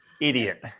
idiot